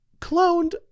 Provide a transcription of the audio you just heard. cloned